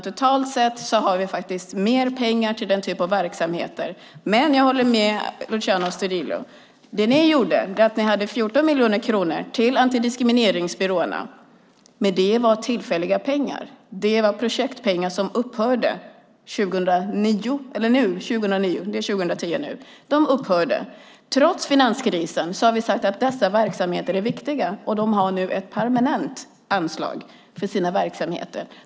Totalt sett har vi faktiskt mer pengar till den typen av verksamheter. Jag håller med Luciano Astudillo om att ni hade 14 miljoner kronor till antidiskrimineringsbyråerna, men det var tillfälliga pengar. Det var projektpengar som upphörde 2009. Trots finanskrisen har vi sagt att dessa verksamheter är viktiga. De har nu ett permanent anslag för sina verksamheter.